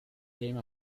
came